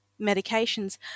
medications